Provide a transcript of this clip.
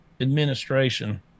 administration